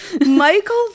Michael